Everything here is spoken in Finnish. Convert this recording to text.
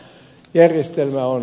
järjestelmä on